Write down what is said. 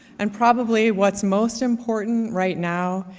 and probably what's most important right now,